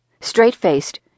Straight-faced